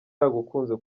yagukunze